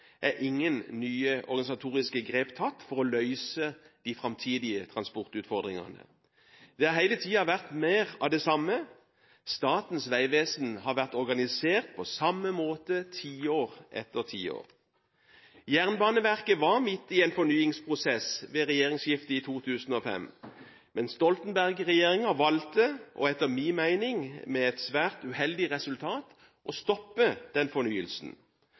er ingen nye organisatoriske grep tatt for å løse de framtidige transportutfordringene. Det har hele tiden vært mer av det samme. Statens vegvesen har vært organisert på samme måte tiår etter tiår. Jernbaneverket var midt i en fornyingsprosess ved regjeringsskiftet i 2005, men Stoltenberg-regjeringen valgte – og etter min mening med et svært uheldig resultat – å stoppe den fornyelsen.